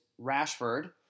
Rashford